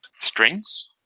Strings